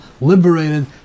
liberated